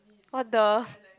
what the